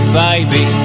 baby